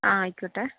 ആ ആയിക്കോട്ടെ